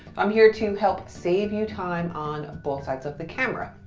i'm here to help save you time on both sides of the camera.